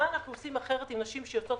מה אנחנו עושים אחרת עם נשים שיוצאות